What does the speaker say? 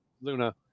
Luna